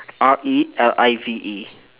R E L I V E